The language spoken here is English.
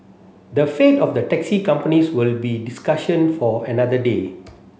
the fate of the taxi companies will be discussion for another day